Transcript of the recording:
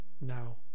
Now